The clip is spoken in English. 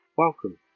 Welcome